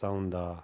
ਚਾਹੁੰਦਾ